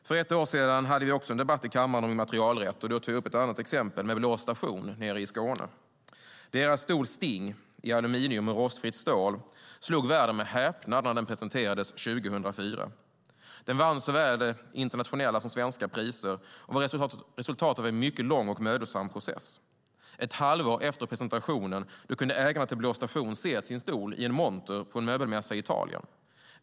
För ett år sedan hade vi också en debatt i kammaren om immaterialrätt. Då tog jag upp ett annat exemplet - Blå Station nere i Skåne. Deras stol Sting, i aluminium och rostfritt stål, slog världen med häpnad när den presenterades 2004. Den vann såväl internationella som svenska priser och var resultatet av en mycket lång och mödosam process. Ett halvår efter presentationen kunde ägarna till Blå Station se sin stol i en monter på en möbelmässa i Italien.